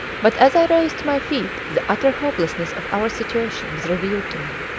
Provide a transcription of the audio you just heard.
but as i rose to my feet the utter hopelessness of our situation was revealed to me.